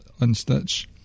unstitch